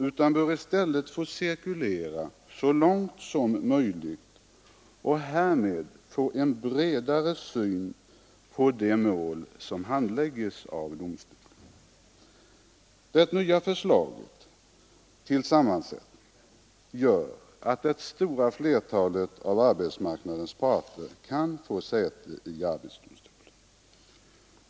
De bör i stället så långt som möjligt få cirkulera och härmed få en bredare syn på de mål som handlägges av domstolen. Det nya förslaget till sammansättning gör att det stora flertalet av arbetsmarknadens parter kan få säte i arbetsdomstolen.